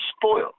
spoiled